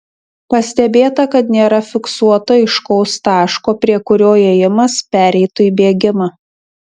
pastebėta kad nėra fiksuoto aiškaus taško prie kurio ėjimas pereitų į bėgimą